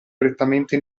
prettamente